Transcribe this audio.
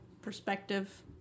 perspective